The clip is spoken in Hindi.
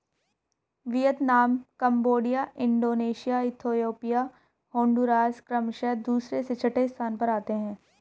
Vietnam Cambodia Indonesia Ethiopia Honduras क्रमशः दूसरे से छठे स्थान पर आते हैं